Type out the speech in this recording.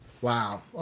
Wow